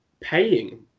paying